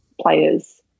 players